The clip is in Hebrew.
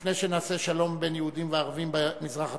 לפני שנעשה שלום בין יהודים וערבים במזרח התיכון.